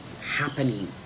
happening